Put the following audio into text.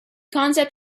concept